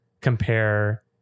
compare